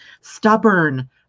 stubborn